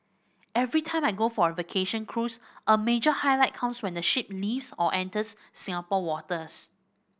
every time I go for a vacation cruise a major highlight comes when the ship leaves or enters Singapore waters